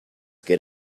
good